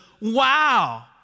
wow